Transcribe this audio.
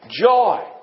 joy